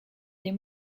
des